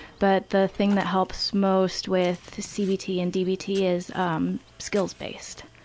but, the thing that helps most with cbt and dbt is um skills-based.